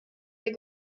der